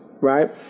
right